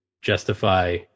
justify